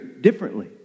differently